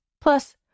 Plus